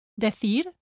Decir